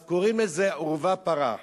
אז קוראים לזה עורבא פרח.